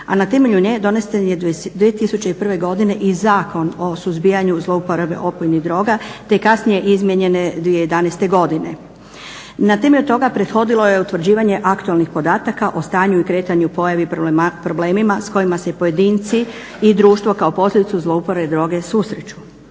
a na temelju nje donesene je 2001. godine i Zakon o suzbijanju zlouporabe opojnih droga, te kasnije izmijenjene 2011. godine. Na temelju toga prethodilo je utvrđivanje aktualnih podataka o stanju i kretanju, pojavi, problemima s kojima se pojedinci i društvo kao posljedicu zlouporabe droge susreću.